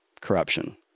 corruption